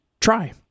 try